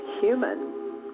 human